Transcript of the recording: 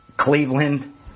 Cleveland